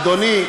אדוני,